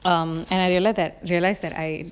um and I reali~ realized that I